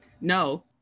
No